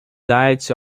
diet